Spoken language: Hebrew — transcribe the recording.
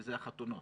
שזה החתונות.